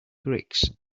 bricks